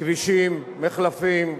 כבישים, מחלפים,